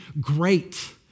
great